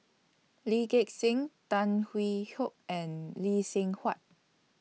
Lee Gek Seng Tan Hwee Hock and Lee Seng Huat